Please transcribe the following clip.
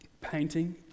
Painting